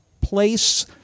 place